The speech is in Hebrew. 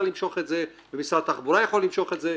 למשוך את זה ומשרד התחבורה יכול למשוך את זה.